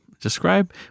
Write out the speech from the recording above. describe